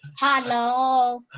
hello.